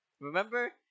Remember